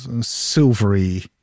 silvery